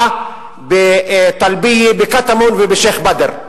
בבקעה, בטלביה, בקטמון ובשיח'-באדר.